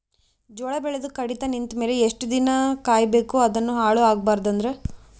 ಜೋಳ ಬೆಳೆದು ಕಡಿತ ನಿಂತ ಮೇಲೆ ಎಷ್ಟು ದಿನ ಕಾಯಿ ಬೇಕು ಅದನ್ನು ಹಾಳು ಆಗಬಾರದು ಅಂದ್ರ?